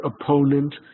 opponent